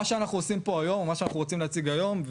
מה שאנחנו רוצים להציג היום,